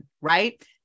right